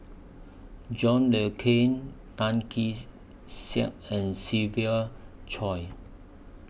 John Le Cain Tan Kee Sek and Siva Choy